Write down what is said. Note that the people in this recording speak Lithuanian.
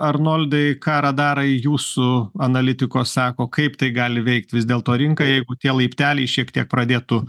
arnoldai ką radarai jūsų analitiko sako kaip tai gali veikt vis dėlto rinka jeigu tie laipteliai šiek tiek pradėtų